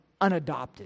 unadopted